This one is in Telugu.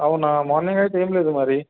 అవునా మార్నింగ్ అయితే ఏం లేదు మరి